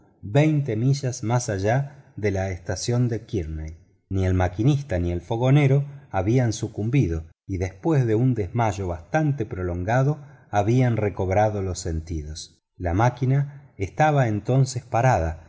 veinte millas más allá de la estación de kearney ni el maquinista ni el fogonero habían sucumbido y después de un desmayo bastante prolongado habían recobrado los sentidos la máquina estaba entonces parada